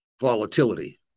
volatility